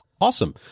awesome